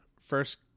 first